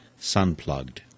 Sunplugged